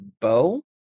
bow